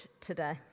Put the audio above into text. today